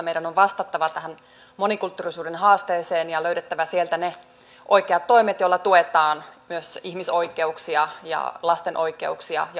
meidän on vastattava tähän monikulttuurisuuden haasteeseen ja löydettävä sieltä ne oikeat toimet joilla tuetaan myös ihmisoikeuksia ja lasten oikeuksia ja oikeusvaltioita